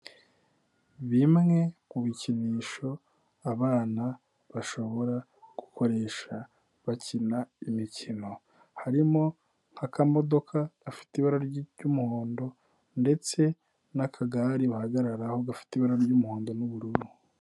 Bimwe ku bikinisho abana bashobora gukoresha bakina imikino. Harimo nk'akamodoka gafite ibara ry'umuhondo ndetse n'akagare bahagararaho gafite ibara ry'umuhondo n'ubururu.